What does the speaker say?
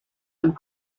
and